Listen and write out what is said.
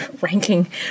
ranking